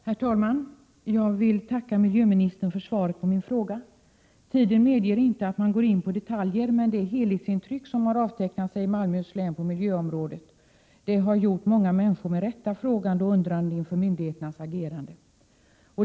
Herr talman! Jag vill tacka miljöministern för svaret på min fråga. Tiden medger inte att man går in på detaljer, men det helhetsintryck som har avtecknat sig i Malmöhus län på miljöområdet har gjort många människor med rätta frågande och undrande inför myndigheternas agerande.